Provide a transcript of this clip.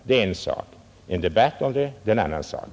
Det är en sak — en sakdebatt om dessa synpunkter är en annan sak.